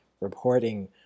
reporting